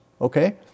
Okay